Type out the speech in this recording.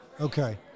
Okay